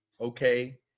okay